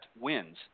wins